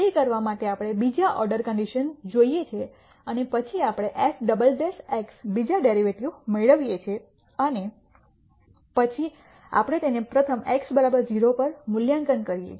તે કરવા માટે આપણે બીજા ઓર્ડર કન્ડિશન્સ જોઈએ છીએ અને પછી આપણે f બીજા ડેરિવેટિવ મેળવીએ છીએ અને પછી આપણે તેને પ્રથમ x 0 પર મૂલ્યાંકન કરીએ છીએ